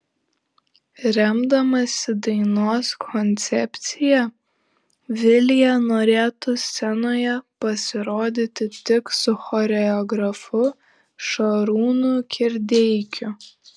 remdamasi dainos koncepcija vilija norėtų scenoje pasirodyti tik su choreografu šarūnu kirdeikiu